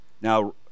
Now